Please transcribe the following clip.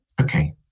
okay